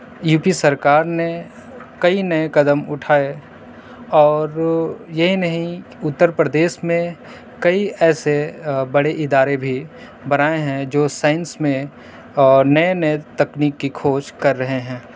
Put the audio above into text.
you P سرکار نے کئی نئے قدم اٹھائے اور یہی نہیں اترپردیش میں کئی ایسے بڑے ادارے بھی بنائے ہیں جو سائنس میں نئے نئے تکنیک کی کھوج کر رہے ہیں